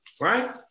right